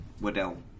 Waddell